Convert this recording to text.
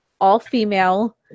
all-female